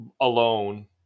alone